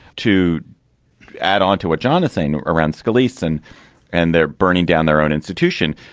to add on to what jonathan around scalia's son and they're burning down their own institution.